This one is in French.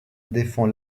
défend